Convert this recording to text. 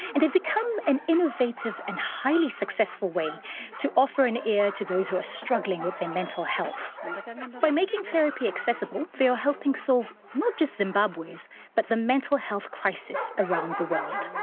and they have become an innovative and highly successful way to offer an ear to those who are struggling with their mental health. and like ah and but by making therapy accessible, they are helping solve not just zimbabwe's but the mental health crisis around the world.